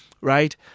right